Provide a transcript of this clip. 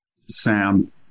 Sam